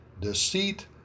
deceit